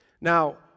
Now